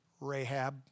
Rahab